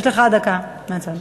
יש לך דקה מהצד.